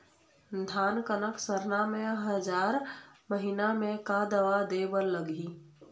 धान कनक सरना मे हजार महीना मे का दवा दे बर लगही?